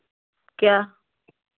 क्या